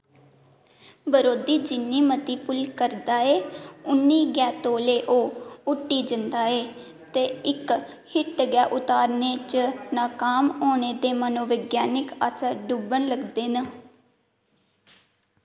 बरोधी जिन्नी मती भुल्ल करदा ऐ उन्नी गै तौले ओह् हुट्टी जंदे ऐ ते इक हिट गै उतारने च नाकाम होने दे मनोविज्ञानिक असर डुब्बन लगदे न